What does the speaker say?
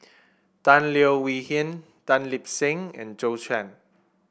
Tan Leo Wee Hin Tan Lip Seng and Zhou Can